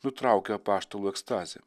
nutraukė apaštalo ekstazę